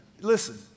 listen